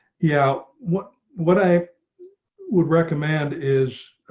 yeah. what, what i would recommend is